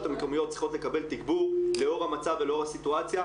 המקומיות צריכות לקבל תגבור לאור המצב ולאור הסיטואציה,